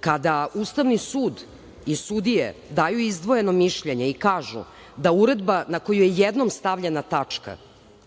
kada Ustavni sud i sudije daju izdvojeno mišljenje i kažu da uredba na koju je jednom stavljena tačka.